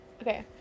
Okay